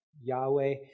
Yahweh